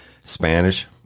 Spanish